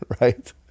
right